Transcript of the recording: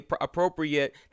appropriate